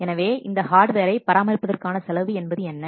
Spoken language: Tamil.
எனவே அந்த ஹார்டுவேரை பராமரிப்பதற்கான செலவு என்பது என்ன